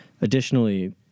additionally